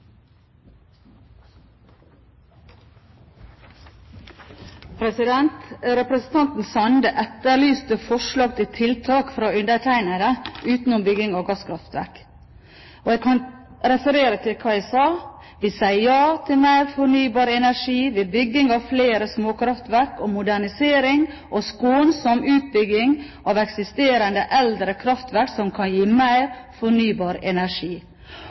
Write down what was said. gjør. Representanten Sande etterlyste forslag til tiltak fra undertegnede utenom bygging av gasskraftverk. Jeg kan referere til hva jeg sa: «Vi sier ja til mer fornybar energi ved bygging av flere småkraftverk, og modernisering og skånsom utbygging av eksisterende eldre kraftverk, som kan gi mer fornybar energi.